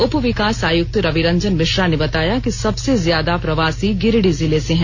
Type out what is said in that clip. उप विकास आयुक्त रविरंजन मिश्रा ने बताया सबसे ज्यादा प्रवासी गिरिडीह जिले से हैं